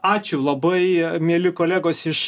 ačiū labai mieli kolegos iš